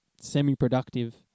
semi-productive